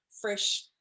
fresh